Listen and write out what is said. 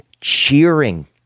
cheering